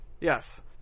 Yes